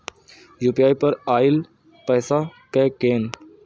UPI पर आएल पैसा कै कैन?